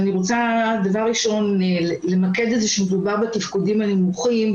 ואני רוצה דבר ראשון למקד את זה שמדובר בתפקודים הנמוכים,